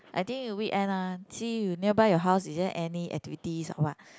I think in the weekend uh see you nearby your house is there any activities or what